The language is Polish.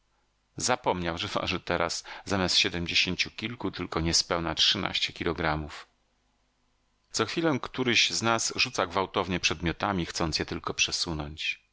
zapomniał że waży teraz zamiast siedmdziesięciu kilku tylko niespełna trzynaście kilogramów co chwilę któryś z nas rzuca gwałtownie przedmiotami chcąc je tylko przesunąć